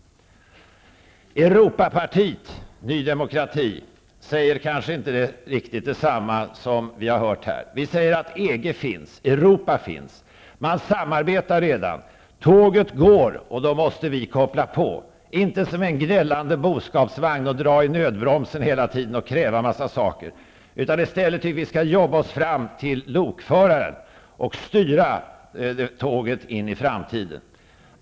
Europapartiet Ny demokrati säger kanske inte riktigt detsamma som vad vi har hört här. Vi säger att EG och Europa finns. Man samarbetar redan. Tåget går, och vi måste koppla på. Men det skall inte vara som en gnällande boskapsvagn, där man hela tiden drar i nödbromsen och kräver en massa saker. I stället skall vi jobba oss fram till lokföraren och styra tåget in i framtiden.